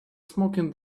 smoking